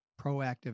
proactive